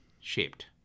shaped